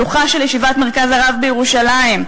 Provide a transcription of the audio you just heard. שלוחה של ישיבת "מרכז הרב" בירושלים,